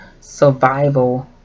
survival